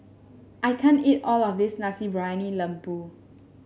I can't eat all of this Nasi Briyani Lembu